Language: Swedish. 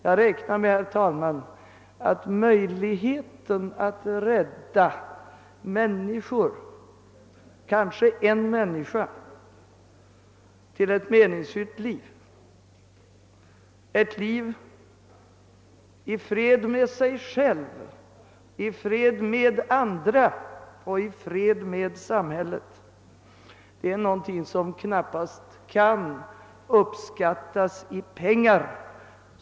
Jag räknar med, herr talman, att möjligheten att rädda människor — kanske en människa — till ett meningsfyllt liv, ett liv i fred med sig själv, med andra och med samhället är någonting som knappast kan uppskattas i pengar.